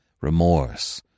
remorse